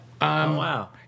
wow